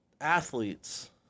athletes